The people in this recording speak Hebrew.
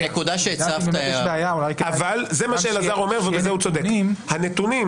אם באמת יש בעיה, אולי כדאי